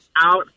out